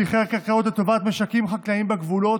שחרר קרקעות לטובת משקים חקלאיים בגבולות,